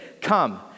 come